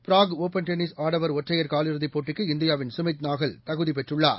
Prague open tennis ஆடவர் ஒற்றையர் காலிறுதிப் போட்டிக்கு இந்தியாவின் சுமித் நாகல் தகுதிபெற்றுள்ளார்